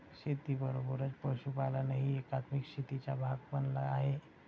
शेतीबरोबरच पशुपालनही एकात्मिक शेतीचा भाग बनला आहे